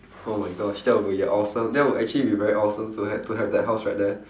oh my gosh that will be awesome that will actually be very awesome to have to have that house like that